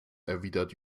erwidert